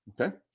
Okay